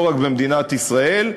לא רק במדינת ישראל,